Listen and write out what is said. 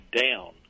down